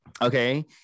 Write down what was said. okay